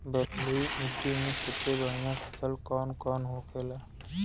बलुई मिट्टी में सबसे बढ़ियां फसल कौन कौन होखेला?